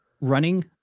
running